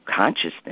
consciousness